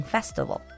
Festival